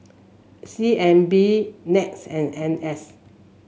C N B NETS and N S